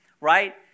right